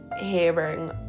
hearing